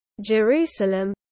Jerusalem